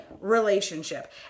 relationship